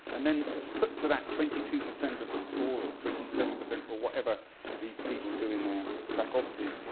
and then put to that twenty two percent of the score or twenty seven percent or whatever these people do in their back offices,